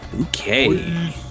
Okay